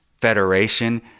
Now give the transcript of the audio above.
Federation